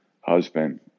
husband